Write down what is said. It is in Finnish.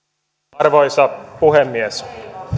arvoisa puhemies